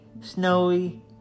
snowy